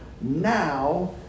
now